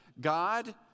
God